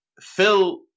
Phil